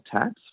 tax